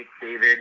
David